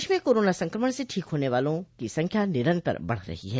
प्रदेश में कोरोना संक्रमण से ठीक होने वालों संख्या निरन्तर बढ़ रही है